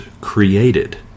created